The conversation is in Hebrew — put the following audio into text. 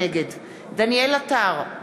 נגד דניאל עטר,